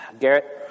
Garrett